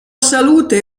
salute